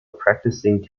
practicing